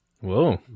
Whoa